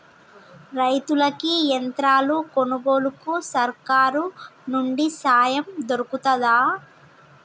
రైతులకి యంత్రాలు కొనుగోలుకు సర్కారు నుండి సాయం దొరుకుతదా?